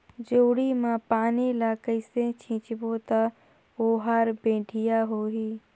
जोणी मा पानी ला कइसे सिंचबो ता ओहार बेडिया होही?